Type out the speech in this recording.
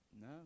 No